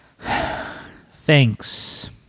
Thanks